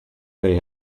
they